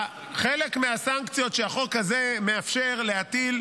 חלק מהסנקציות שהחוק הזה מאפשר להטיל,